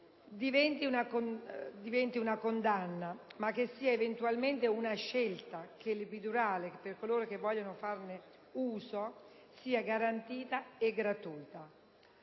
diventi una condanna, ma che sia eventualmente una scelta, e di fare in modo che l'epidurale, per coloro che vogliono farne uso, sia garantita e gratuita;